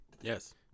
Yes